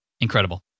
Incredible